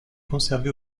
conservée